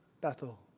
Bethel